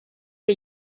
que